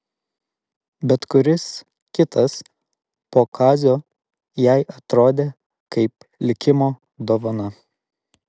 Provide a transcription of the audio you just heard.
bet kuris kitas po kazio jai atrodė kaip likimo dovana